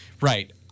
Right